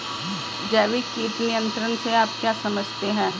जैविक कीट नियंत्रण से आप क्या समझते हैं?